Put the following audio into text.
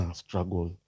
struggle